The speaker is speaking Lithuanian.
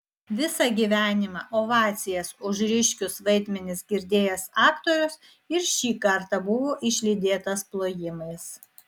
visą gyvenimą ovacijas už ryškius vaidmenis girdėjęs aktorius ir šį kartą buvo išlydėtas plojimais